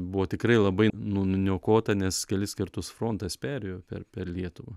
buvo tikrai labai nu nuniokota nes kelis kartus frontas perėjo per per lietuvą